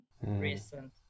recent